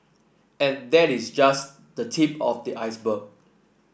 and that is just the tip of the iceberg